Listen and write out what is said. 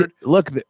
Look